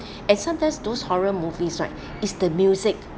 and sometimes those horror movies right is the music